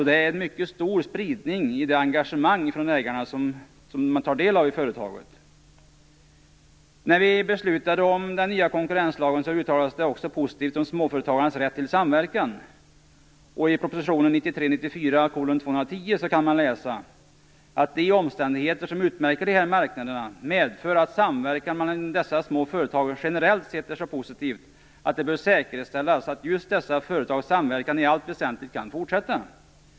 Det är en mycket stor spridning i engagemanget från ägarna som tar del i företaget. När vi beslutade om den nya konkurrenslagen uttalade man sig också positivt om småföretagarnas rätt till samverkan. I proposition 1993/94:210 kan man läsa att de omständigheter som utmärker dessa marknader medför att samverkan mellan dessa små företag generellt sett är så positiv att det bör säkerställas att just dessa företags samverkan i allt väsentligt kan fortsätta.